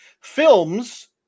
Films